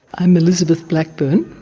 i'm elizabeth blackburn,